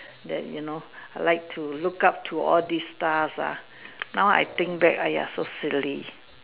that you know I like to look up to all these stars ah now I think back !aiya! so silly